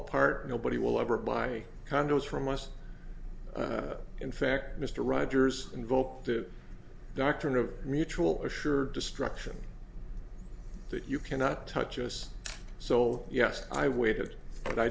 apart nobody will ever buy condos from us in fact mr rogers invoked the doctrine of mutual assured destruction that you cannot touch us so yes i waited and i